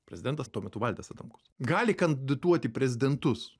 prezidentas tuo metu valdas adamkus gali kandidatuoti į prezidentus